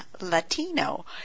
Latino